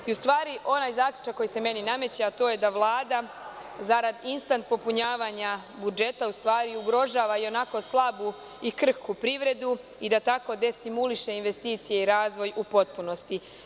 U stvari, onaj zaključak koji se meni nameće, a to je da Vlada zarad instant popunjavanja budžeta u stvari ugrožava ionako slabu i krhku privredu i da tako destimuliše invencije i razvoj u potpunosti.